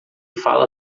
fala